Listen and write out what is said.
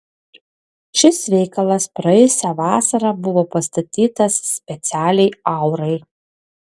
šis veikalas praėjusią vasarą buvo pastatytas specialiai aurai